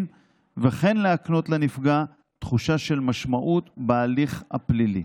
ולהקנות לנפגע תחושה של משמעות בהליך הפלילי.